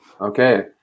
okay